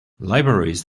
libraries